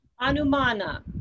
Anumana